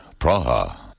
Praha